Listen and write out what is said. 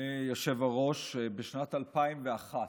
אדוני היושב-ראש, בשנת 2001,